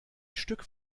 stück